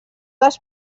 les